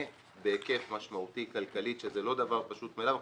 בהיקף משמעותי כלכלית שזה לא דבר פשוט מאליו,